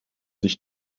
sich